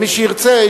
מי שירצה,